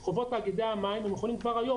את חובות תאגידי המים יכולים כבר היום